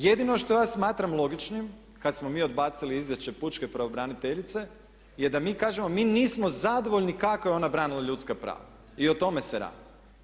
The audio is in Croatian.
Jedino što ja smatram logičnim kad smo mi odbacili izvješće pučke pravobraniteljice je da mi kažemo mi nismo zadovoljni kako je ona branila ljudska prava i o tome se radi.